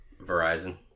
Verizon